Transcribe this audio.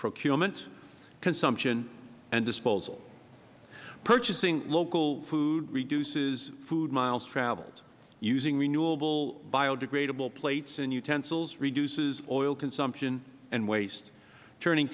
procurement consumption and disposal purchasing local food reduces food miles traveled using renewable biodegradable plates and utensils reduces oil consumption and waste turning